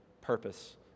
purpose